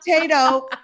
potato